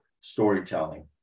storytelling